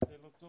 ולנצל אותו